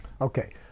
Okay